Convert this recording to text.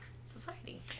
society